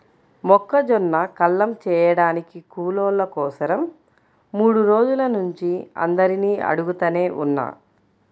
మొక్కజొన్న కల్లం చేయడానికి కూలోళ్ళ కోసరం మూడు రోజుల నుంచి అందరినీ అడుగుతనే ఉన్నా